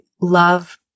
love